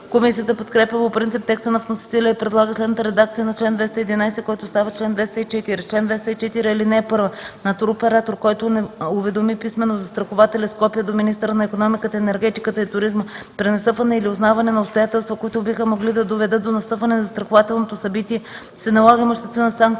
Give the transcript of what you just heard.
Комисията подкрепя по принцип текста на вносителя и предлага следната редакция на чл. 211, който става чл. 204: „Чл. 204. (1) На туроператор, който не уведоми писмено застрахователя с копие до министъра на икономиката, енергетиката и туризма при настъпване или узнаване на обстоятелства, които биха могли да доведат до настъпване на застрахователното събитие, се налага имуществена санкция